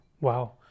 Wow